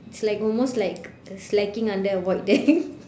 it's like almost like slacking under a void deck